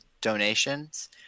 donations